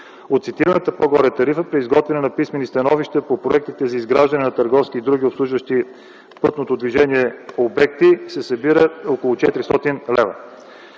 от цитираната по-горе тарифа при изготвяне на писмени становища по проектите за изграждане на търговски и други обслужващи пътното движение обекти се събират около 400 лв.